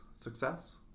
success